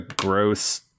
gross